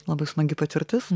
labai smagi patirtis